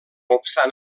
obstant